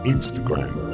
Instagram